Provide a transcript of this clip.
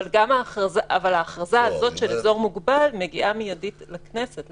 אבל ההכרזה הזאת של אזור מוגבל מגיעה מיידית לכנסת,